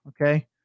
Okay